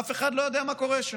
אף אחד לא יודע מה קורה שם.